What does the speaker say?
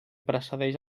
precedeix